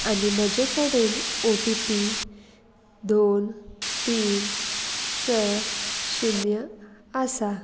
आनी म्हजे कडेन ओ टी पी दोन तीन स शुन्य आसा